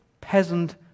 peasant